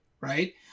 right